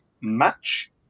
match